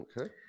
Okay